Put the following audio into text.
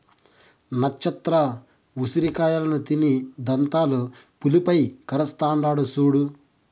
నచ్చత్ర ఉసిరి కాయలను తిని దంతాలు పులుపై కరస్తాండాడు సూడు